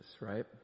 right